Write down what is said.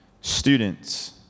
Students